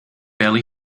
barely